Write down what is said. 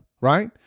right